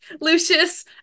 Lucius